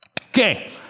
Okay